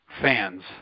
fans